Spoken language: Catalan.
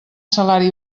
salari